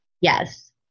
yes